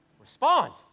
respond